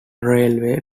railway